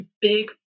big